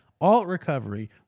alt-recovery